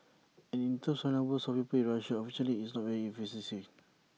and in terms of number of people in Russia unfortunately it's not very efficient